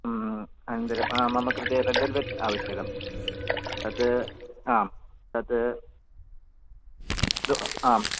अनन्तरं मम कृते रेड्वेल्वेट् आवश्यकं तत् आं तत् दो आम्